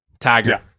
tiger